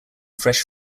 fresh